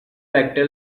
vector